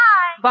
Bye